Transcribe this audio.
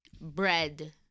Bread